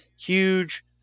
Huge